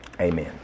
Amen